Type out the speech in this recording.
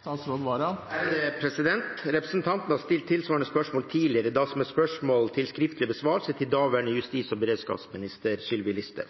Representanten har stilt tilsvarende spørsmål tidligere, da som et spørsmål til skriftlig besvarelse til daværende justis- og beredskapsminister Sylvi Listhaug.